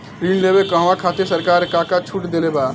ऋण लेवे कहवा खातिर सरकार का का छूट देले बा?